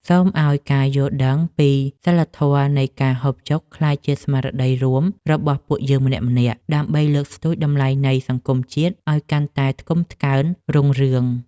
សូមឱ្យការយល់ដឹងពីសីលធម៌នៃការហូបចុកក្លាយជាស្មារតីរួមរបស់ពួកយើងម្នាក់ៗដើម្បីលើកស្ទួយតម្លៃនៃសង្គមជាតិឱ្យកាន់តែថ្កុំថ្កើងរុងរឿង។